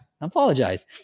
apologize